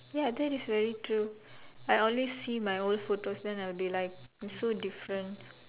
ya that is very true I always see my old photos then I'll be like I'm so different